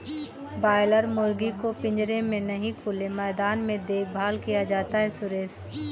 boiler मुर्गी को पिंजरे में नहीं खुले मैदान में देखभाल किया जाता है सुरेश